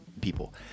people